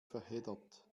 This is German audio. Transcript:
verheddert